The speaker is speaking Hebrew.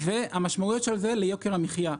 והמשמעויות של זה ליוקר המחיה.